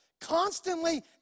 Constantly